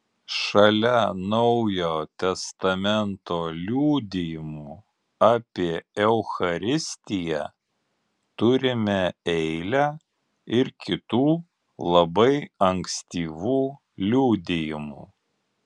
šalia naujo testamento liudijimų apie eucharistiją turime eilę ir kitų labai ankstyvų liudijimų